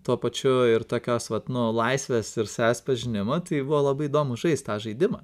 tuo pačiu ir tokios vat nu laisvės ir savęs pažinimo tai buvo labai įdomu žaist tą žaidimą